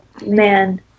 man